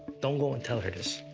don't go and tell her this.